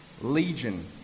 legion